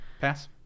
Pass